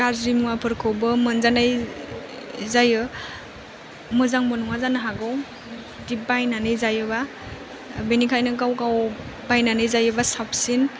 गाज्रि मुवाफोरखौबो मोनजानाय जायो मोजांबो नङा जानो हागौ बिदि बायनानै जायोबा बेनिखायनो गाव गाव बायनानै जायोबा साबसिन